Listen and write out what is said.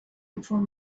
before